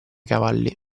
cavalli